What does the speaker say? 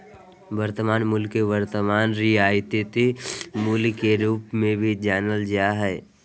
वर्तमान मूल्य के वर्तमान रियायती मूल्य के रूप मे भी जानल जा हय